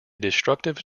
destructive